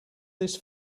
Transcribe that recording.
this